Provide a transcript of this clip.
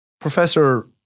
Professor